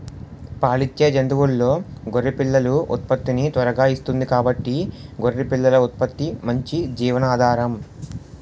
పాలిచ్చే జంతువుల్లో గొర్రె పిల్లలు ఉత్పత్తిని త్వరగా ఇస్తుంది కాబట్టి గొర్రె పిల్లల ఉత్పత్తి మంచి జీవనాధారం